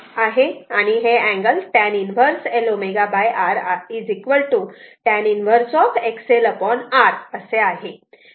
आणि हे angle tan 1 L ω R tan 1 XL R असा आहे